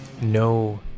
no